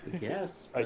yes